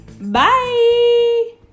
Bye